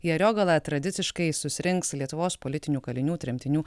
į ariogalą tradiciškai susirinks lietuvos politinių kalinių tremtinių